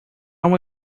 uma